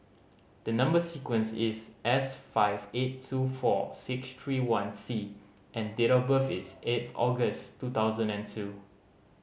the number sequence is S five eight two four six three one C and date of birth is eighth August two thousand and two